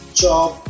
chop